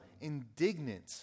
indignant